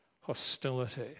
hostility